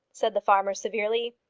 said the farmer severely.